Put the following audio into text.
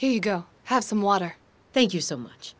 you go have some water thank you so much